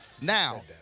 Now